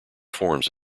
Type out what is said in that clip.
forms